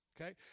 okay